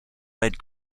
red